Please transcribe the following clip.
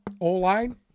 O-line